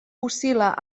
oscil·la